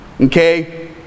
Okay